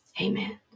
Amen